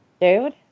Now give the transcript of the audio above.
Dude